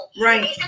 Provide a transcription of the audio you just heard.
Right